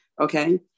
okay